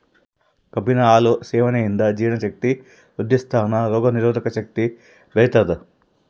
ಕಬ್ಬಿನ ಹಾಲು ಸೇವನೆಯಿಂದ ಜೀರ್ಣ ಶಕ್ತಿ ವೃದ್ಧಿಸ್ಥಾದ ರೋಗ ನಿರೋಧಕ ಶಕ್ತಿ ಬೆಳಿತದ